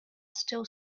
still